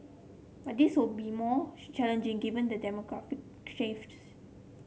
but this will be more challenging given demographic